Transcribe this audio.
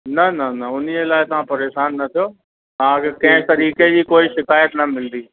न न न उन जे लाइ तव्हां परेशान न थियो तव्हांखे कंहिं तरीक़े जी कोई शिकायत न मिलंदी